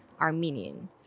Armenian